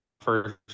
first